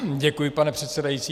Děkuji, pane předsedající.